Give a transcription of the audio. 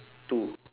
two